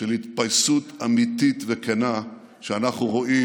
של התפייסות אמיתית וכנה שאנחנו רואים